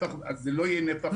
זה לא יהיה נפח משמעותי.